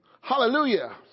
Hallelujah